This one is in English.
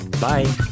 Bye